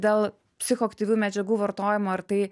dėl psichoaktyvių medžiagų vartojimo ir tai